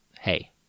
hey